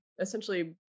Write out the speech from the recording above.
essentially